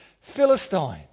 Philistines